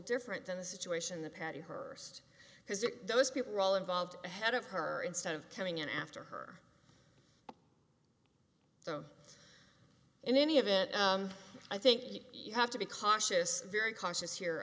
different than the situation the patty hearst because it does people are all involved ahead of her instead of coming in after her so in any of it i think you have to be cautious very cautious here